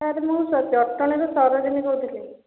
sir ମୁଁ ଜଟଣୀରୁ ସରୋଜିନୀ କହୁଥିଲି